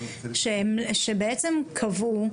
שקבעה,